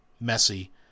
messy